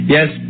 Yes